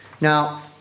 Now